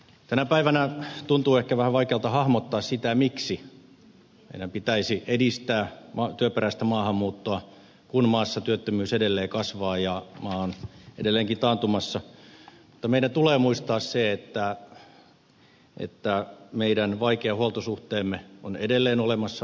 tänä päivänä tuntuu ehkä vähän vaikealta hahmottaa sitä miksi meidän pitäisi edistää työperäistä maahanmuuttoa kun maassa työttömyys edelleen kasvaa ja maa on edelleenkin taantumassa mutta meidän tulee muistaa se että meidän vaikea huoltosuhteemme on edelleen olemassa oleva ongelma